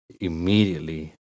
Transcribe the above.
immediately